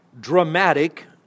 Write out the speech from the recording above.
dramatic